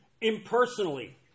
impersonally